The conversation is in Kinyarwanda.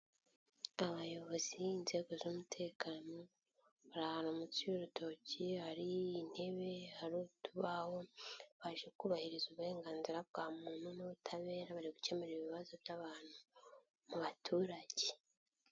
Abayobozi inzego z'umutekano bari ahantu munsi y'urutoki hari intebe, hari utubaho baje kubahiriza uburenganzira bwa muntu n'ubutabera bari gukemura ibibazo by'abantu mu baturage.